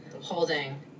holding